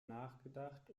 nachgedacht